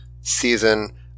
season